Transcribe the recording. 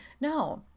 No